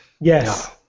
Yes